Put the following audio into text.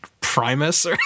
Primus